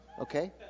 Okay